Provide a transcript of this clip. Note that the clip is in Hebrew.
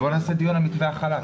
אז בואו נעשה דיון על מתווה החל"ת.